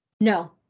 No